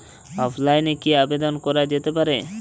অফলাইনে কি আবেদন করা যেতে পারে?